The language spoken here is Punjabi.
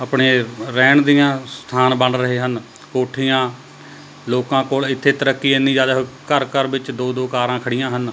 ਆਪਣੇ ਰਹਿਣ ਦੀਆਂ ਸਥਾਨ ਬਣ ਰਹੇ ਹਨ ਕੋਠੀਆਂ ਲੋਕਾਂ ਕੋਲ਼ ਇੱਥੇ ਤਰੱਕੀ ਇੰਨੀ ਜ਼ਿਆਦਾ ਹੈ ਘਰ ਘਰ ਵਿੱਚ ਦੋ ਦੋ ਕਾਰਾਂ ਖੜ੍ਹੀਆਂ ਹਨ